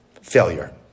Failure